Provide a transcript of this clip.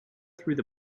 through